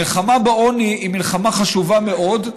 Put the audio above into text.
המלחמה בעוני היא מלחמה חשובה מאוד,